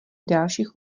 dalších